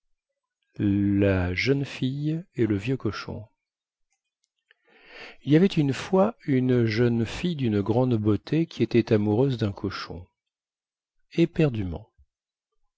la jeune fille et le vieux cochon il y avait une fois une jeune fille dune grande beauté qui était amoureuse dun cochon éperdument